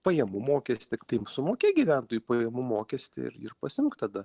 pajamų mokestį tai sumokėk gyventojų pajamų mokestį ir ir pasiimk tada